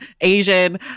Asian